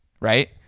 right